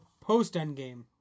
post-Endgame